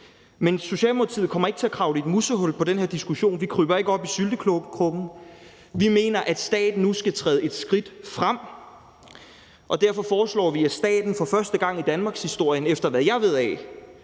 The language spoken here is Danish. Men Socialdemokratiet kommer ikke til at kravle i et musehul i den her diskussion; vi kravler ikke op i syltekrukken. Vi mener, at staten nu skal træde et skridt frem, og derfor foreslår vi, at staten for første gang i danmarkshistorien – efter hvad jeg ved –